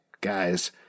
guys